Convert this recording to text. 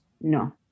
No